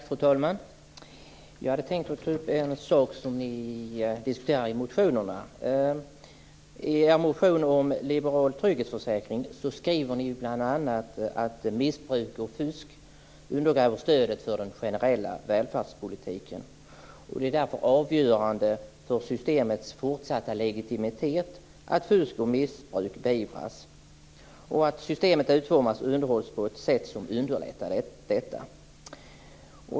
Fru talman! Jag hade tänkt ta upp en sak som ni diskuterar i motionerna. I er motion om liberal trygghetsförsäkring skriver ni ju bl.a. att missbruk och fusk undergräver stödet för den generella välfärdspolitiken. Det är därför avgörande för systemets fortsatta legitimitet att fusk och missbruk beivras och att systemet utformas och underhålls på ett sätt som underlättar detta.